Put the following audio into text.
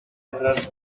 entrar